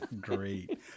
Great